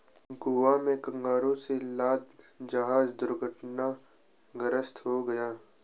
गोवा में कार्गो से लदा जहाज दुर्घटनाग्रस्त हो गया